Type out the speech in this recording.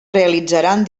realitzaran